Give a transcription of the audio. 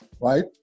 right